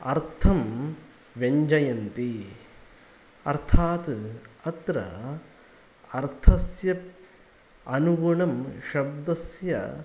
अर्थं व्यञ्जयन्ति अर्थात् अत्र अर्थस्य अनुगुणं शब्दस्य